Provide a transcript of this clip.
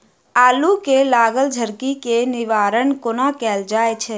आलु मे लागल झरकी केँ निवारण कोना कैल जाय छै?